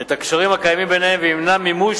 את הקשרים הקיימים ביניהם וימנע מימוש